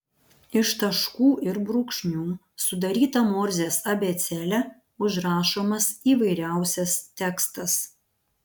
iš taškų ir brūkšnių sudaryta morzės abėcėle užrašomas įvairiausias tekstas